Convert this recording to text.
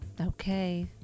Okay